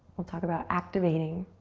we'll talk about activating.